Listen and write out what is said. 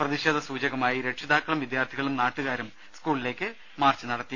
പ്രതിഷേധ സൂചകമായി രക്ഷിതാക്കളും വിദ്യാർത്ഥികളും നാട്ടുകാരും സ്കൂളിലേക്ക് പ്രതിഷേധ മാർച്ച് നടത്തി